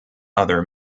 other